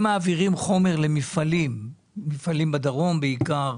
אם מעבירים חומר למפעלים בדרום, בעיקר